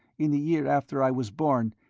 in the year after i was born,